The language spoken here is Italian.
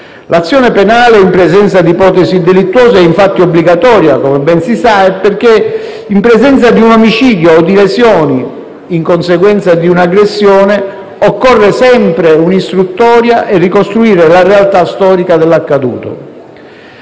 L'azione penale, in presenza di ipotesi delittuose, è infatti obbligatoria, come ben si sa, perché in presenza di un omicidio o di lesioni in conseguenza di un'aggressione occorre sempre un'istruttoria per ricostruire la realtà storica dell'accaduto.